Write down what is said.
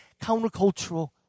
countercultural